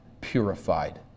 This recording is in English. purified